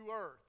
earth